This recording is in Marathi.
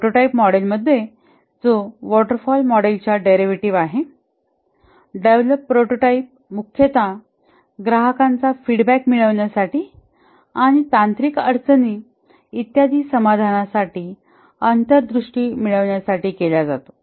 प्रोटोटाइप मॉडेलमध्ये जो वॉटर फॉल च्या मॉडेलचे डेरीव्हेटिव्ह आहे डेव्हलप प्रोटोटाइप मुख्यतः ग्राहकांचा फीडबॅक मिळवण्यासाठी आणि तांत्रिक अडचणी इत्यादी समाधानासाठी अंतर्दृष्टी मिळवण्यासाठी केला जातो